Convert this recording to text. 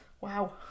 wow